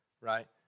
right